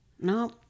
no